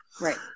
Right